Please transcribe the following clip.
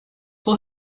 for